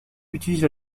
utilise